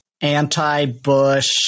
anti-Bush